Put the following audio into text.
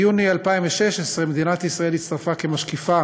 ביוני 2016 מדינת ישראל הצטרפה כמשקיפה